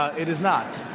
it is not.